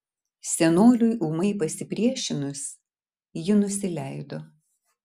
senoliui ūmai pasipriešinus ji nusileido